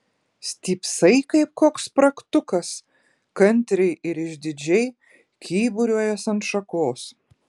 stypsai kaip koks spragtukas kantriai ir išdidžiai kyburiuojąs ant šakos